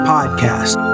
Podcast